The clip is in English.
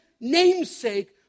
namesake